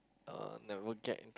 uh never get into